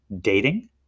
dating